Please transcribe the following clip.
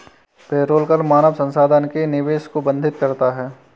payroll कर मानव संसाधन में निवेश को बाधित करता है